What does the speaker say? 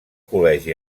col·legi